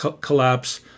collapse